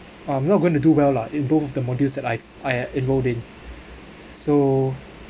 I'm not going to do well lah in both of the modules that I've I enrolled in so